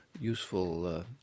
useful